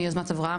מיוזמת אברהם.